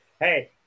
Hey